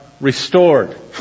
restored